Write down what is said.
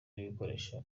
n’ibikoresho